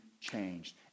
changed